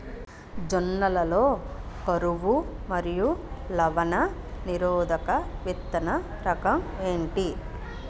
జొన్న లలో కరువు మరియు లవణ నిరోధక విత్తన రకం ఏంటి?